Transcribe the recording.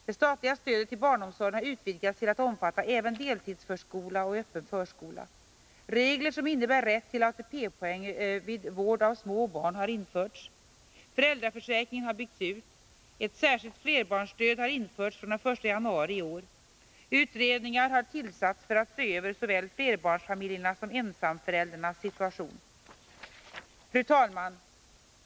Det statliga stödet till barnomsorgen har utvidgats till att omfatta även deltidsförskola och öppen förskola. Regler som innebär rätt till ATP-poäng vid vård av små barn har införts. Föräldraförsäkringen har byggts ut. Ett särskilt flerbarnsstöd har införts från den 1 januari i år. Utredningar har tillsatts för att se över såväl flerbarnsfamiljernas som ensamföräldrarnas situation. Fru talman!